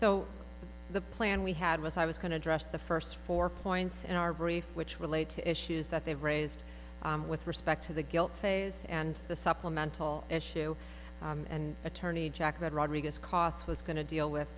so the plan we had was i was going to address the first four points in our brief which relate to issues that they raised with respect to the guilt phase and the supplemental issue and attorney jack that rodriguez costs was going to deal with